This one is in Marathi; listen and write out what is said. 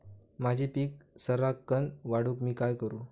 माझी पीक सराक्कन वाढूक मी काय करू?